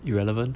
irrelevant